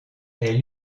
est